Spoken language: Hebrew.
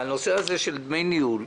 נושא דמי הניהול,